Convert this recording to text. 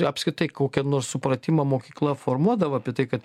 apskritai kokią nors supratimą mokykla formuodavo apie tai kad